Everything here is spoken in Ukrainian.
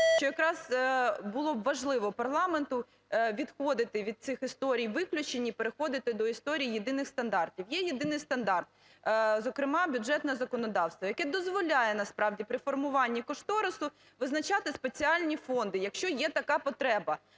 що якраз було б важливо парламенту відходити від цих історій виключень і переходити до історій єдиних стандартів. Є єдиний стандарт, зокрема бюджетне законодавство, яке дозволяє насправді при формуванні кошторису визначати спеціальні фонди, якщо є така потреба.